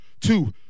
two